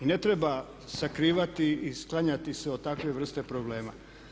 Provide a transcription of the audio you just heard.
I ne treba sakrivati i sklanjati se od takve vrste problema.